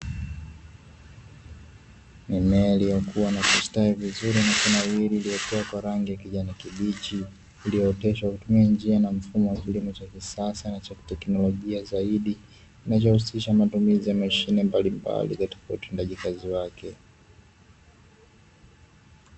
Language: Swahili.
Mimea iliyokua, na kustawi vizuri na kunawiri, iliyokua kwa rangi ya kijani kibichi, iliyooteshwa kwa kutumia njia na mfumo wa kilimo cha kisasa na cha kuteknologia zaidi, kinachohusisha matumizi ya mashine mbalimbali katika utendaji kazi wake.